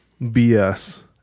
bs